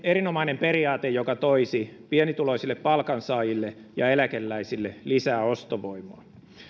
erinomainen periaate joka toisi pienituloisille palkansaajille ja eläkeläisille lisää ostovoimaa